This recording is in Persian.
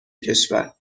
کشور